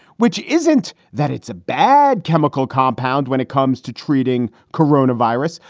which isn't that it's a bad chemical compound when it comes to treating corona virus,